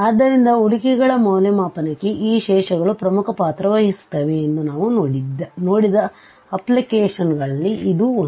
ಆದ್ದರಿಂದ ಉಳಿಕೆಗಳ ಮೌಲ್ಯಮಾಪನಕ್ಕೆ ಈ ಶೇಷಗಳು ಪ್ರಮುಖ ಪಾತ್ರವಹಿಸುತ್ತವೆ ಎಂದು ನಾವು ನೋಡಿದ ಅಪ್ಲಿಕೇಶನ್ಗಳಲ್ಲಿ ಇದೂ ಒಂದು